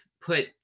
put